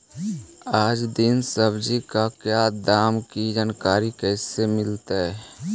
आज दीन सब्जी का क्या दाम की जानकारी कैसे मीलतय?